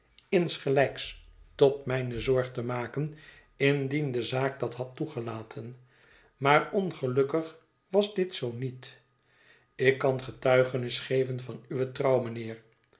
insgelijks tot mijne zorg te maken indien de zaak dat had toegelaten maar ongelukkig was dit zoo niet ik kan getuigenis geven van uwe trouw